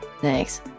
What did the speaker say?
Thanks